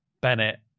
Bennett